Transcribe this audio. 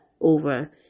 over